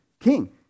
king